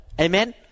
Amen